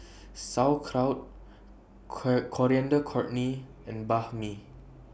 Sauerkraut Coriander Chutney and Banh MI